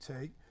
take